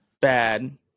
Bad